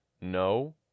No